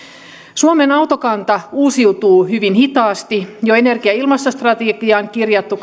suomen autokanta uusiutuu hyvin hitaasti ja energia ja ilmastostrategiaan kirjattu